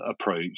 approach